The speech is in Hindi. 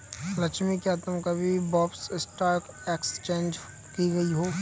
लक्ष्मी, क्या तुम कभी बॉम्बे स्टॉक एक्सचेंज गई हो?